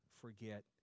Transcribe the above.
forget